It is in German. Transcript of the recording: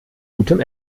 gutem